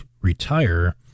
retire